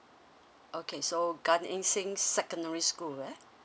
okay so gan eng seng secondary school ah